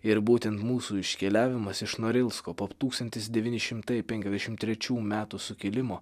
ir būtent mūsų iškeliavimas iš norilsko po tūkstantis devyni šimtai penkiasdešim trečių metų sukilimo